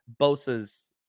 Bosa's